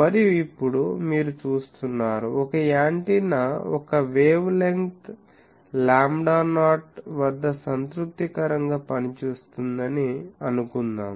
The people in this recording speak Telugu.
మరియు ఇప్పుడు మీరు చూస్తున్నారు ఒక యాంటెన్నా ఒకవేవ్ లెంగ్త్ లాంబ్డా నాట్ వద్ద సంతృప్తికరంగా పనిచేస్తుందని అనుకుందాం